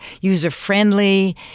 user-friendly